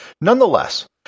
Nonetheless